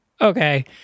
okay